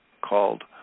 called